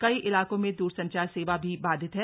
कई इलाकों में द्रसंचार सेवा भी बाधित है